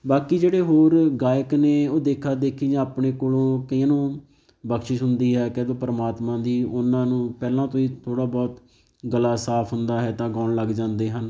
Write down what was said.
ਬਾਕੀ ਜਿਹੜੇ ਹੋਰ ਗਾਇਕ ਨੇ ਉਹ ਦੇਖਾ ਦੇਖੀ ਜਾਂ ਆਪਣੇ ਕੋਲੋਂ ਕਈਆਂ ਨੂੰ ਬਖਸ਼ਿਸ਼ ਹੁੰਦੀ ਹੈ ਕਹਿ ਦਉ ਪਰਮਾਤਮਾ ਦੀ ਉਹਨਾਂ ਨੂੰ ਪਹਿਲਾਂ ਤੋਂ ਹੀ ਥੋੜ੍ਹਾ ਬਹੁਤ ਗਲਾ ਸਾਫ ਹੁੰਦਾ ਹੈ ਤਾਂ ਗਾਉਣ ਲੱਗ ਜਾਂਦੇ ਹਨ